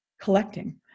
collecting